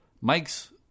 Mike's